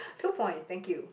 two points thank you